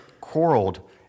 quarreled